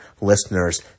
listeners